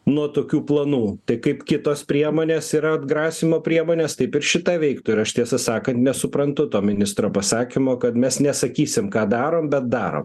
nuo tokių planų tai kaip kitos priemonės yra atgrasymo priemonės taip ir šita veiktų ir aš tiesą sakant nesuprantu to ministro pasakymo kad mes nesakysim ką darome bet darom